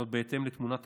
והיה תיק